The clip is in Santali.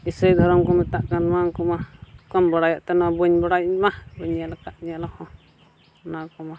ᱤᱥᱟᱹᱭ ᱫᱷᱚᱨᱚᱢ ᱠᱚ ᱢᱮᱛᱟᱜ ᱠᱟᱱ ᱩᱱᱠᱩ ᱢᱟ ᱪᱮᱠᱟᱢ ᱵᱟᱲᱟᱭᱟ ᱮᱱᱛᱮ ᱵᱟᱹᱧ ᱵᱟᱲᱟᱭ ᱤᱧ ᱢᱟ ᱵᱟᱹᱧ ᱧᱮᱞ ᱟᱠᱟᱫ ᱧᱮᱞ ᱦᱚᱸ ᱱᱚᱣᱟ ᱠᱚᱢᱟ